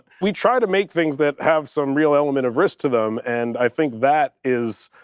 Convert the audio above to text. we try to make things that have some real element of risk to them, and i think that is,